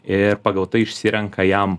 ir pagal tai išsirenka jam